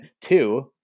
two